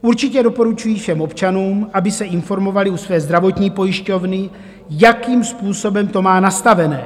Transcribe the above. Určitě doporučuji všem občanům, aby se informovali u své zdravotní pojišťovny, jakým způsobem to má nastaveno.